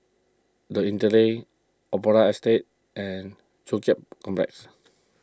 the Interlace Opera Estate and Joo Chiat Complex